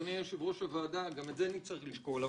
אדוני יושב-ראש הוועדה, גם את זה נצטרך לשקול.